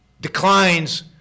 declines